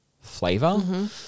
flavor